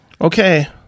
Okay